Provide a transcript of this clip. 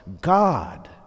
God